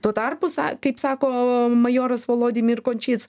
tuo tarpu sa kaip sako majoras volodimir končic